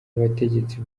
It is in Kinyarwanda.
bategetsi